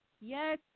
Yes